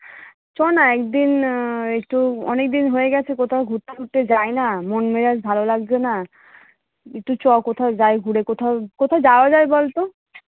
চ না এক দিন একটু অনেক দিন হয়ে গেছে কোথাও ঘুরতে ফুরতে যাই না মন মেজাজ ভালো লাগছে না একটু চ কোথায় যাই ঘুরে কোথাও কোথায় যাওয়া যায় বল তো